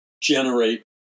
generate